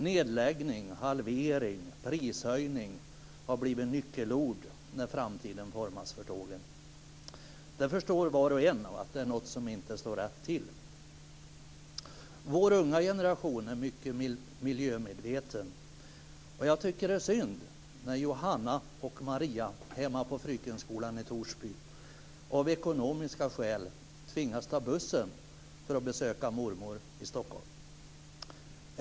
Nedläggning, halvering och prishöjning har blivit nyckelord när framtiden formas för tågen. Det förstår var och en att det är något som inte står rätt till. Vår unga generation är mycket miljömedveten. Jag tycker att det är synd när Johanna och Maria hemma på Frykenskolan i Torsby av ekonomiska skäl tvingas ta bussen för att besöka mormor i Stockholm.